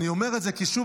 אני אומר את זה כי שוב,